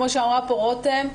כמו שאמרה פה רותם,